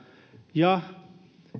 ja